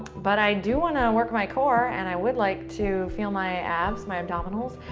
but i do want to um work my core, and i would like to feel my abs, my abdominals.